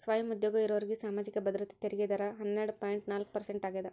ಸ್ವಯಂ ಉದ್ಯೋಗ ಇರೋರ್ಗಿ ಸಾಮಾಜಿಕ ಭದ್ರತೆ ತೆರಿಗೆ ದರ ಹನ್ನೆರಡ್ ಪಾಯಿಂಟ್ ನಾಲ್ಕ್ ಪರ್ಸೆಂಟ್ ಆಗ್ಯಾದ